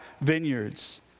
vineyards